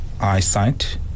eyesight